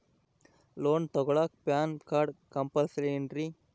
Loan ತೊಗೊಳ್ಳಾಕ PAN card compulsory ಐಯ್ತೇನ್ರಿ?